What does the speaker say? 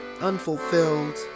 Unfulfilled